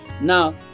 Now